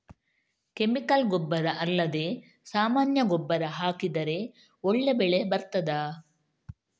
Chemical ಗೊಬ್ಬರ ಅಲ್ಲದೆ ಸಾಮಾನ್ಯ ಗೊಬ್ಬರ ಹಾಕಿದರೆ ಒಳ್ಳೆ ಬೆಳೆ ಬರ್ತದಾ?